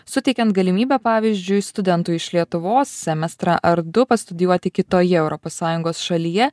suteikiant galimybę pavyzdžiui studentui iš lietuvos semestrą ar du pastudijuoti kitoje europos sąjungos šalyje